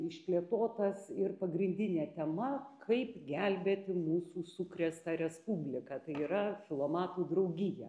išplėtotas ir pagrindinė tema kaip gelbėti mūsų sukrėstą respubliką tai yra filomatų draugiją